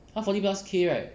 他 forty plus K right